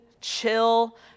chill